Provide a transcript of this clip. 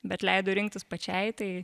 bet leido rinktis pačiai tai